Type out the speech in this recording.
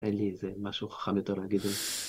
אין לי איזה משהו חכם יותר להגיד על זה.